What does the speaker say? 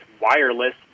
wireless